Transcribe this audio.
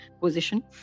position